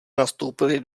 nastoupili